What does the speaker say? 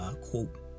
quote